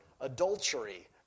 adultery